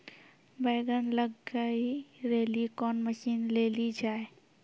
बैंगन लग गई रैली कौन मसीन ले लो जाए?